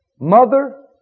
mother